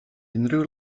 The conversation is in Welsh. unrhyw